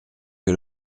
que